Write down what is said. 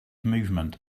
movement